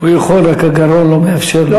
הוא יכול, רק הגרון לא מאפשר לו.